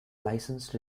licensed